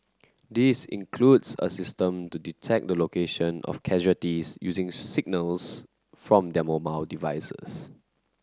this includes a system to detect the location of casualties using signals from their mobile devices